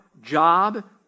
job